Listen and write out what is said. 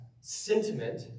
sentiment